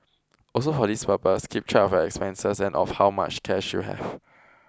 also for this purpose keep track of your expenses and of how much cash you have